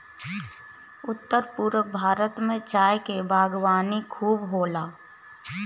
उत्तर पूरब भारत में चाय के बागवानी खूब होला